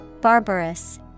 Barbarous